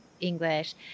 English